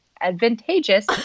advantageous